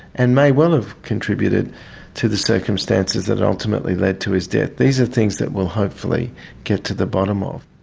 and may well have contributed to the circumstances that ultimately led to his death. these are things that we'll hopefully get to the bottom of.